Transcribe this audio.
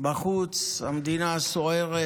בחוץ המדינה סוערת,